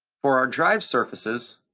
for our drive surfaces,